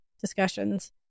discussions